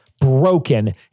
broken